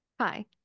Hi